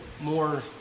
More